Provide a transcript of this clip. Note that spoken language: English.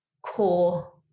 core